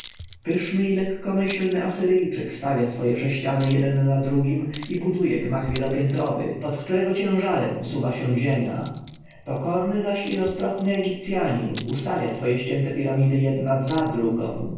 pyszny i lekkomyślny asyryjczyk stawia swoje sześciany jeden na drugim i buduje gmach wielopiętrowy pod którego ciężarem usuwa się ziemia pobożny zaś i roztropny egipcjanin ustawia swoje ścięte piramidy jedna za drugą